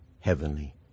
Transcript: heavenly